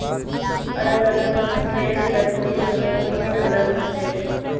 अलग अलग नस्लेर लकड़िर रंग भी अलग ह छे